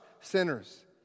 sinners